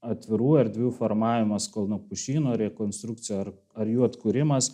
atvirų erdvių formavimas kalnapušynų rekonstrukcija ar ar jų atkūrimas